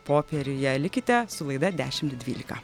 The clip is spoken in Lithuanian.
popieriuje likite su laida dešimt dvylika